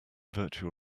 virtual